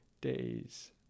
days